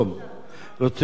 רצוני לשאול: